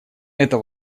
это